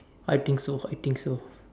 I think so I think so